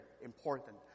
important